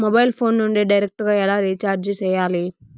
mobile phone నుండి direct గా ఎలా రీచార్జి సేయాలి